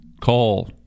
call